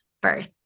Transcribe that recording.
birth